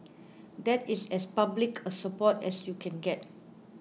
that is as public a support as you can get